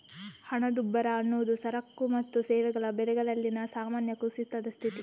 ಹಣದುಬ್ಬರ ಅನ್ನುದು ಸರಕು ಮತ್ತು ಸೇವೆಗಳ ಬೆಲೆಗಳಲ್ಲಿನ ಸಾಮಾನ್ಯ ಕುಸಿತದ ಸ್ಥಿತಿ